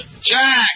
Jack